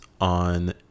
on